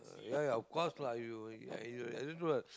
ya ya of course lah you you have to